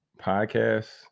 podcasts